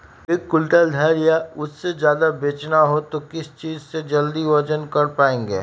एक क्विंटल धान या उससे ज्यादा बेचना हो तो किस चीज से जल्दी वजन कर पायेंगे?